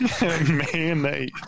Mayonnaise